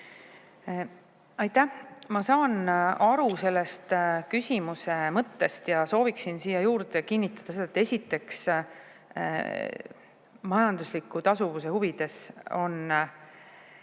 Aitäh! Ma saan aru sellest küsimuse mõttest ja sooviksin siia juurde kinnitada, et majandusliku tasuvuse huvides on